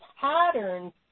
patterns